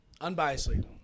Unbiasedly